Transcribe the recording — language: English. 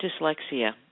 dyslexia